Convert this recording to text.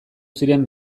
ziren